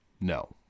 No